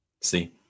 see